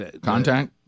Contact